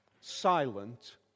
silent